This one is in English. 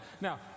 now